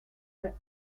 for